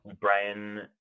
Brian